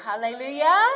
Hallelujah